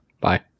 Bye